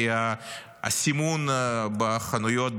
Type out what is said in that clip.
כי הסימון בחנויות,